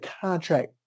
contract